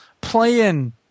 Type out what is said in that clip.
playing